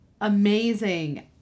amazing